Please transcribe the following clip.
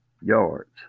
yards